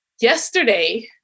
yesterday